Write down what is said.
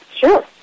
Sure